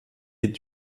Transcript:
est